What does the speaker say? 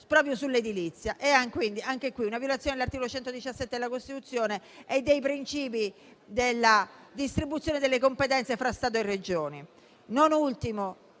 normativa sull'edilizia. C'è pertanto una violazione dell'articolo 117 della Costituzione e dei principi che regolano la distribuzione delle competenze fra Stato e Regioni. Non ultimo,